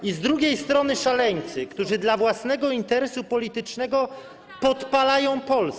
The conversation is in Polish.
I z drugiej strony szaleńcy, którzy dla własnego interesu politycznego podpalają Polskę.